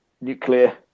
nuclear